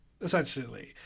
essentially